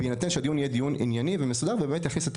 כל עוד יהיה דיון ענייני ומסודר שיכניס את